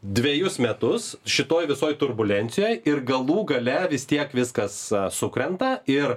dvejus metus šitoj visoj turbulencijoj ir galų gale vis tiek viskas sukrenta ir